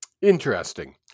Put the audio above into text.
Interesting